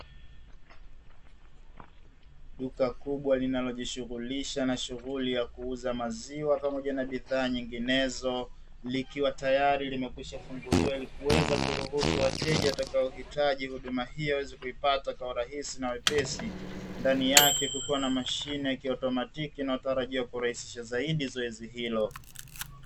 Duka kubwa linalojishughulisha na shughuli ya kuuza maziwa pamoja na bidhaa nyinginezo likiwa tayari limekwisha funguliwa ili kuweza kuruhusu wateja watakaokihitaji huduma hiyo aweze kuipata kwa urahisi na wepesi ndani yake kulikuwa na mashine ya kiotomatiki na matarajio ya uraisi wa zoezi hilo.